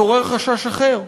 מתעורר חשש אחר,